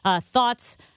thoughts